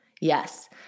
Yes